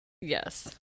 Yes